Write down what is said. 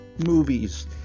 movies